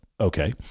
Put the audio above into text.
Okay